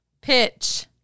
pitch